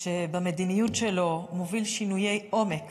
שבמדיניות שלו מוביל שינויי עומק